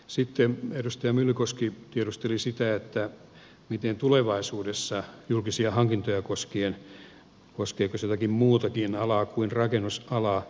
sitten edustaja myllykoski tiedusteli sitä miten on tulevaisuudessa julkisia hankintoja koskien koskeeko tämä jotakin muutakin alaa kuin rakennusalaa